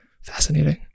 Fascinating